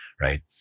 right